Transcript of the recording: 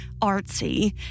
artsy